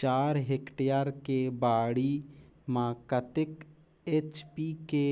चार हेक्टेयर के बाड़ी म कतेक एच.पी के